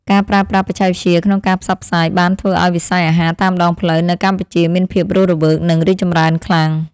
ការប្រើប្រាស់បច្ចេកវិទ្យាក្នុងការផ្សព្វផ្សាយបានធ្វើឱ្យវិស័យអាហារតាមដងផ្លូវនៅកម្ពុជាមានភាពរស់រវើកនិងរីកចម្រើនខ្លាំង។